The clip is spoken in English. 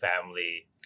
family